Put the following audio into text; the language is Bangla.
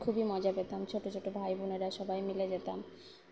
খুবই মজা পেতাম ছোটো ছোটো ভাই বোনেরা সবাই মিলে যেতাম